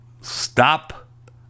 stop